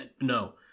no